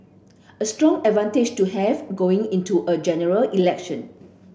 a strong advantage to have going into a General Election